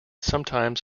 sometimes